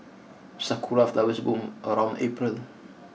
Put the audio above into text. sakura flowers bloom around April